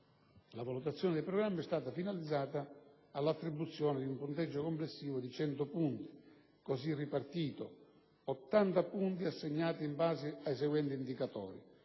La valutazione dei programmi è stata finalizzata all'attribuzione di un punteggio complessivo di 100 punti, così ripartito. 80 punti assegnati in base ai seguenti indicatori: